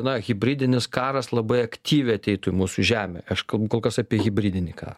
na hibridinis karas labai aktyviai ateitų į mūsų žemę aš kalbu kol kas apie hibridinį karą